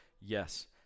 yes